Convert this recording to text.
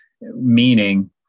meaning